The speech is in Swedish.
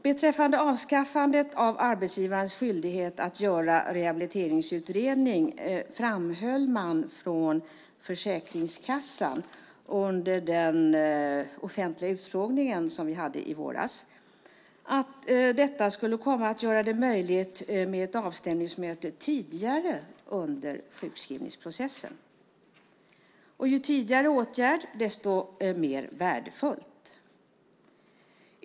Beträffande avskaffandet av arbetsgivarens skyldighet att göra rehabiliteringsutredning framhöll man från Försäkringskassan under den offentliga utfrågning som vi hade i våras att detta skulle komma att göra det möjligt med ett avstämningsmöte tidigare under sjukskrivningsprocessen, och ju tidigare åtgärd desto mer värdefullt.